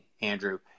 Andrew